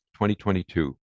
2022